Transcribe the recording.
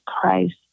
Christ